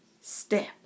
step